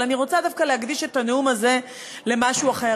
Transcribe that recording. אבל אני רוצה דווקא להקדיש את הנאום הזה למשהו אחר.